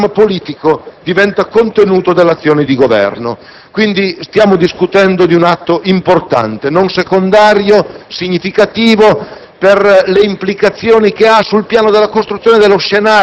anche attraverso questo Documento di programmazione, il programma politico diventa contenuto dell'azione di Governo. Quindi stiamo discutendo di un atto importante, non secondario, significativo